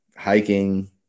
Hiking